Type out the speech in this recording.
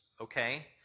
okay